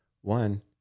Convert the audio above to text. one